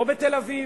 ובתל-אביב,